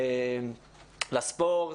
לספורט.